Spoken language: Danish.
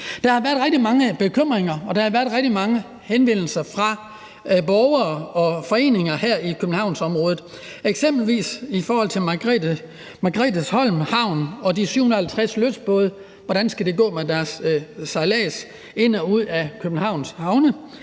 der har været rigtig mange henvendelser fra borgere og foreninger her i Københavnsområdet, eksempelvis i forhold til Margretheholms Havn og de 750 lystbåde, og hvordan det skal gå med deres sejlads ind og ud af Københavns havne.